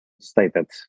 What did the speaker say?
stated